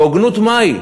והוגנות מהי?